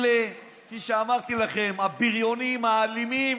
אלה שאמרתי לכם, הבריונים האלימים,